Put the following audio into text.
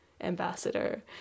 ambassador